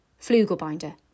Flugelbinder